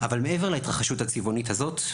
אבל מעבר להתרחשות הצבעונית הזאת,